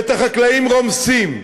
ואת החקלאים רומסים.